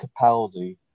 Capaldi